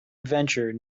adventure